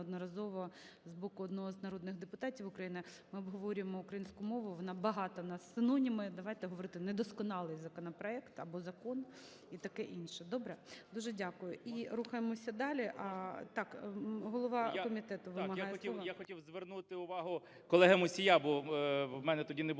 неодноразово з боку одного з народних депутатів України. Ми обговорюємо українську мову, вона багата на синоніми. Давайте говорити "недосконалий" законопроект або закон і таке інше. Добре? Дуже дякую. І рухаємося далі. Так, голова комітету вимагає слово. 17:26:30 КНЯЖИЦЬКИЙ М.Л. Я хотів звернути увагу колеги Мусія, бо в мене тоді не було